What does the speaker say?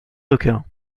aucun